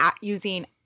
using